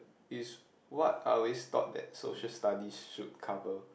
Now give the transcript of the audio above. is what I always thought that Social-Studies should cover